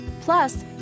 Plus